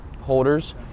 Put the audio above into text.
holders